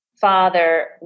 father